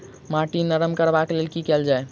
माटि नरम करबाक लेल की केल जाय?